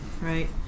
right